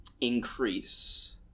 increase